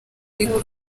ariko